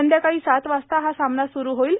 संध्याकाळी सात वाजता हा सामना सुरु होईल